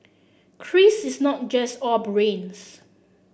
Chris is not just all brains